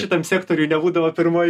šitam sektoriuj nebūdavo pirmoj